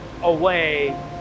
away